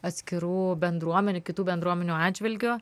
atskirų bendruomenių kitų bendruomenių atžvilgiu